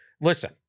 listen